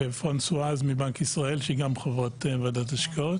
ופרנסואז מבנק ישראל שהיא גם חברת ועדת השקעות.